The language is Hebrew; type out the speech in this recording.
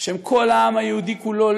בשם כל העם היהודי כולו,